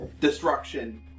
destruction